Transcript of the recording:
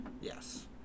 Yes